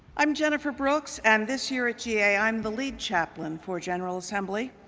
i'm jennifer brooks and this year at ga i'm the lead chaplain for general assembly.